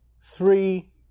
three